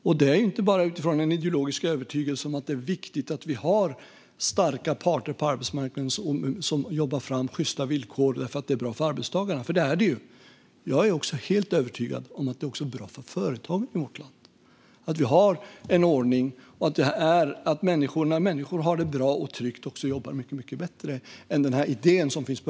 Detta har vi gjort inte bara utifrån en ideologisk övertygelse om att det är viktigt att ha starka parter på arbetsmarknaden som jobbar fram sjysta villkor därför att det är bra för arbetstagarna, för det är det ju. Jag är också helt övertygad om att det är bra för företagen i vårt land att vi har denna ordning och att människor när de har det bra och tryggt också jobbar mycket bättre.